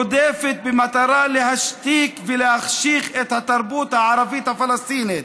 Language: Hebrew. רודפת במטרה להשתיק ולהחשיך את התרבות הערבית-הפלסטינית.